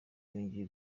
yongeye